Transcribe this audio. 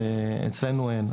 ואצלנו אין.